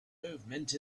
movement